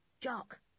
Jock